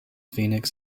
phoenix